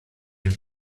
nim